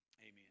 Amen